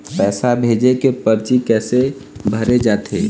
पैसा भेजे के परची कैसे भरे जाथे?